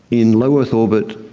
in low earth orbit,